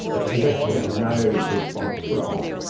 but there's actually no response role.